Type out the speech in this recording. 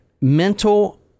mental